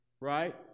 right